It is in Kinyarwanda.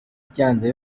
byanze